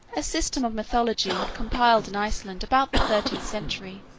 a system of mythology, compiled in iceland about the thirteenth century,